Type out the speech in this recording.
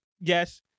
yes